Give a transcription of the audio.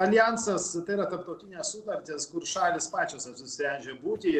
aljansas tai yra tarptautinės sutartys kur šalys pačios apsisprendžia būti